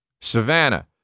Savannah